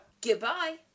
Goodbye